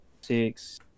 six